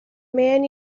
man